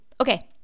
Okay